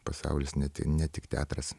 pasaulis ne tai ne tik teatras